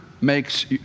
makes